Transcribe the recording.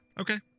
Okay